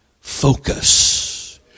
focus